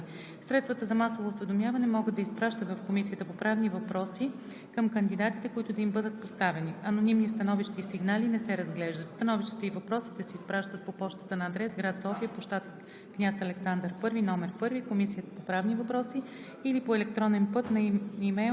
може да представят на Комисията по правни въпроси становища за кандидатите, включващи и въпроси, които да им бъдат поставени. Средствата за масово осведомяване могат да изпращат в Комисията по правни въпроси въпросите към кандидатите, които да им бъдат поставени. Анонимни становища и сигнали не се разглеждат. Становищата и въпросите се изпращат по пощата на адрес: град София, площад